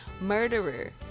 murderer